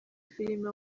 filime